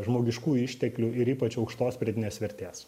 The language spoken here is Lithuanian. žmogiškųjų išteklių ir ypač aukštos pridėtinės vertės